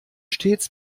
stets